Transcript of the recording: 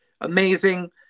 amazing